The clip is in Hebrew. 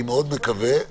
אני חוזרת ואומרת,